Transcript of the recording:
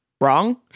wrong